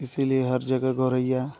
इसीलिए हर जगह गौरय्या